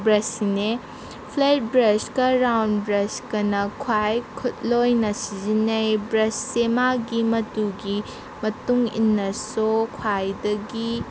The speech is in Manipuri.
ꯕ꯭ꯔꯁꯁꯤꯅꯦ ꯐ꯭ꯂꯦꯠ ꯕ꯭ꯔꯁꯀ ꯔꯥꯎꯟ ꯕ꯭ꯔꯁꯀꯅ ꯈ꯭ꯋꯥꯏ ꯈꯨꯠꯂꯣꯏꯅ ꯁꯤꯖꯤꯟꯅꯩ ꯕ꯭ꯔꯁꯁꯦ ꯃꯥꯒꯤ ꯃꯇꯨꯒꯤ ꯃꯇꯨꯡ ꯏꯟꯅꯁꯨ ꯈ꯭ꯋꯥꯏꯗꯒꯤ